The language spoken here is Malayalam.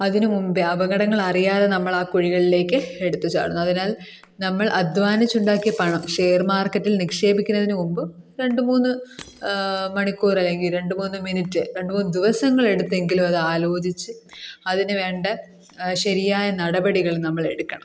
അതിന് മുമ്പെ അപകടങ്ങൾ അറിയാതെ നമ്മൾ ആ കുഴികളിലേക്ക് എടുത്തു ചാടുന്നു അതിനാൽ നമ്മൾ അധ്വാനിച്ചുണ്ടാക്കിയ പണം ഷെയർ മാർക്കറ്റിൽ നിക്ഷേപിക്കുന്നതിന് മുമ്പ് രണ്ട് മൂന്ന് മണിക്കൂർ അല്ലെങ്കിൽ രണ്ട് മൂന്ന് മിനിറ്റ് രണ്ട് മൂന്ന് ദിവസങ്ങൾ എടുത്തെങ്കിലും അത് ആലോചിച്ച് അതിന് വേണ്ട ശരിയായ നടപടികൾ നമ്മൾ എടുക്കണം